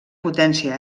potència